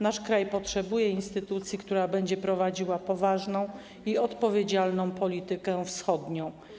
Nasz kraj potrzebuje instytucji, która będzie prowadziła poważną i odpowiedzialną politykę wschodnią.